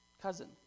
cousin